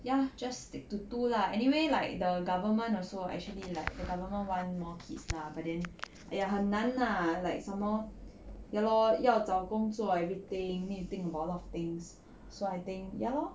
ya just stick to two lah anyway like the government also actually like the government want more kids lah but then !aiya! 很难 lah like some more ya lor 要找工作 everything you need to think about a lot of things so I think ya lor